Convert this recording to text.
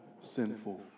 sinful